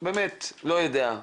באמת לא יודע,